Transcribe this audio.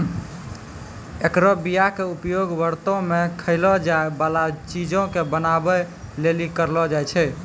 एकरो बीया के उपयोग व्रतो मे खयलो जाय बाला चीजो के बनाबै लेली करलो जाय छै